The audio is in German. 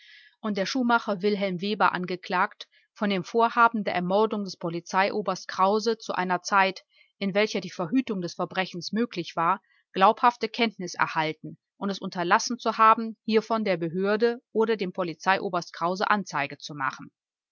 und der schuhmacher wilhelm weber angeklagt von dem vorhaben der ermordung des polizeioberst krause zu einer zeit in welcher die verhütung des verbrechens möglich war glaubhafte kenntnis erhalten und es unterlassen zu haben hiervon der behörde oder dem polizeioberst krause anzeige zu machen